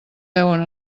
deuen